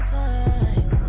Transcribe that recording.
time